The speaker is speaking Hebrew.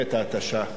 במלחמת ההתשה.